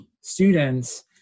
students